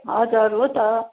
हजुर हो त